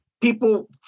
people